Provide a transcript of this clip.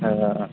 ହଁ